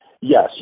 Yes